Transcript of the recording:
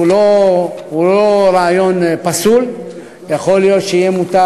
שהוא לא רעיון פסול יכול להיות שמותר